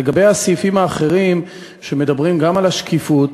לגבי הסעיפים האחרים, שמדברים גם על השקיפות,